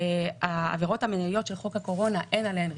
אני חושבת שהדבר המרכזי שמעלה את האתגרים העיקריים